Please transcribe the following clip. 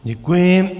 Děkuji.